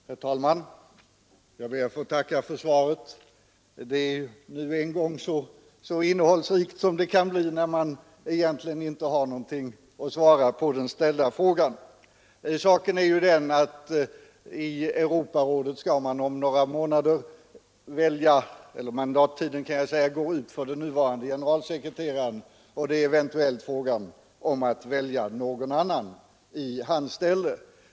Herr talman! Jag ber att få tacka för svaret. Det är så innehållsrikt som det kan bli när man egentligen inte har något att svara på den ställda frågan. Saken är den att i Europarådet går om några månader mandattiden ut för den nuvarande generalsekreteraren och det är fråga om att välja någon annan i hans ställe.